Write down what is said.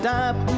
Stop